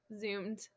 Zoomed